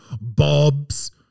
Bob's